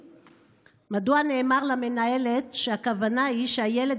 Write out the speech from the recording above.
2. מדוע נאמר למנהלת שהכוונה היא שהילד